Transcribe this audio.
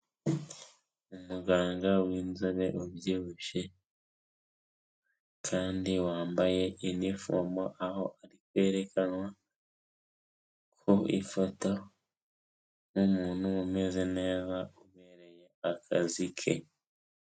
Umuganga w'inzobe ubyibushye kandi wambaye inifomo, aho ari kwerekanwa ku ifoto nk'umuntu umeze neza ubereye akazi ke.